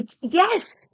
yes